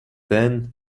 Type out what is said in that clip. then